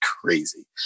crazy